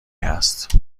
هست